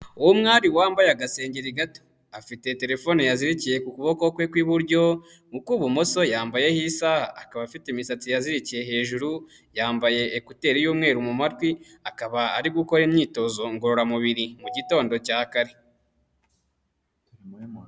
Uwo mwali wambaye agasengeri gato, afite telefone yazirikiye ku kuboko kwe ku iburyo, ku ku ibumoso yambayeho isaha, akaba afite imisatsi yazirikiye hejuru, yambaye ekuteri y'umweru mu matwi, akaba ari gukora imyitozo ngororamubiri, mu gitondo cya kare.